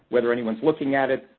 whether anyone's looking at it,